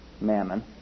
mammon